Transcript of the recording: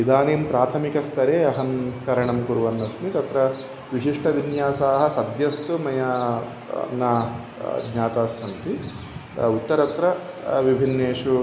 इदानीं प्राथमिकस्तरे अहं तरणं कुर्वन्नस्मि तत्र विशिष्टविन्यासाः सद्यस्तु मया न ज्ञातास्सन्ति उत्तरत्र विभिन्नेषु